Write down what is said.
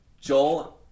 Joel